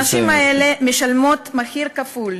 הנשים האלה משלמות מחיר כפול: